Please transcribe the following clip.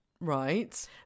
Right